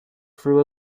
through